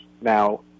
Now